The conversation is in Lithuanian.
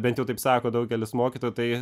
bent jau taip sako daugelis mokytojų tai